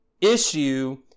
issue